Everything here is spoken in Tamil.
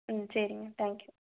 ம் சரிங்க தாங்க்யூ